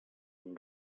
and